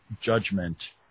judgment